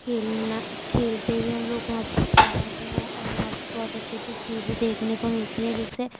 کھیلنا کھیلتے ہوئے ہم لوگ وہاں پہ بہت ہیں اور وہاں پہ بہت اچھی اچھی چیزیں دیکھنے کو ملتی ہیں جیسے